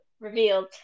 revealed